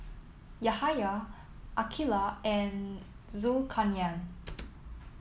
Yahaya Aqilah and Zulkarnain